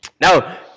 Now